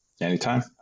Anytime